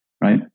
right